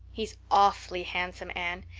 he's aw'fly handsome, anne.